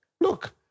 look